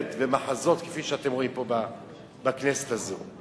ומחזות כפי שאתם רואים פה בכנסת הזו.